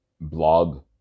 blog